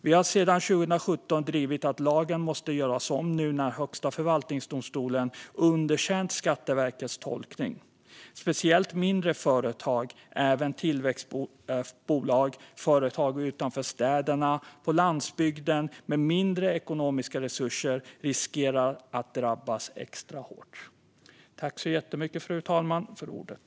Vi har sedan 2017 drivit att lagen måste göras om nu när Högsta förvaltningsdomstolen underkänt Skatteverkets tolkning. Speciellt mindre företag, även tillväxtbolag och företag utanför städerna och på landsbygden med mindre ekonomiska resurser, riskerar att drabbas extra hårt.